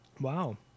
wow